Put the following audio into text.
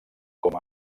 com